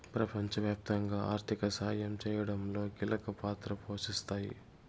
ప్రపంచవ్యాప్తంగా ఆర్థిక సాయం చేయడంలో కీలక పాత్ర పోషిస్తాయి